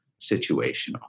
situational